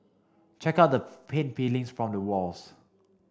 check out the paint peelings from the walls